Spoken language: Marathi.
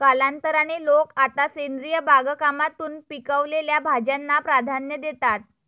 कालांतराने, लोक आता सेंद्रिय बागकामातून पिकवलेल्या भाज्यांना प्राधान्य देतात